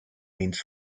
means